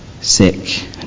sick